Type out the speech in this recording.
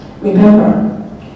remember